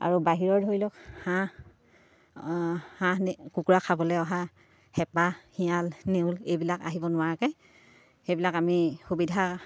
আৰু বাহিৰৰ ধৰি লওক হাঁহ হাঁহ কুকুৰা খাবলৈ অহা হেপা শিয়াল নেউল এইবিলাক আহিব নোৱাৰাকৈ সেইবিলাক আমি সুবিধা